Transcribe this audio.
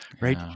Right